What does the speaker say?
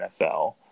NFL